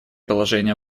положения